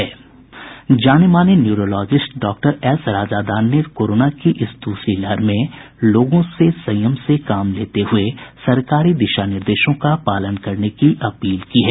जानेमाने neurologist doctor Sushil Rajadan ने corona की इस दूसरी लहर में लोगों से संयम से काम लेते हुये सरकारी दिशा निर्देशों का पालन करने की अपील की है